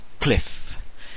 cliff